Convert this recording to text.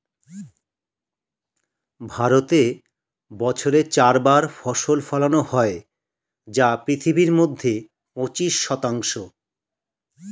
ভারতে বছরে চার বার ফসল ফলানো হয় যা পৃথিবীর মধ্যে পঁচিশ শতাংশ